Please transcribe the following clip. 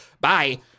Bye